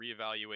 reevaluate